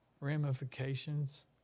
ramifications